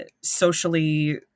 socially